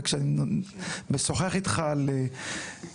וכשאני משוחח איתך על לקונות,